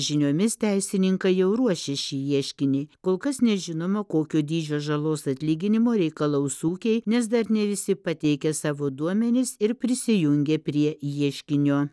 žiniomis teisininkai jau ruošia šį ieškinį kol kas nežinoma kokio dydžio žalos atlyginimo reikalaus ūkiai nes dar ne visi pateikė savo duomenis ir prisijungė prie ieškinio